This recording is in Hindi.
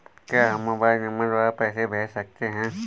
क्या हम मोबाइल नंबर द्वारा पैसे भेज सकते हैं?